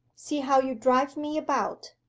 see how you drive me about!